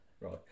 Right